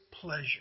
pleasure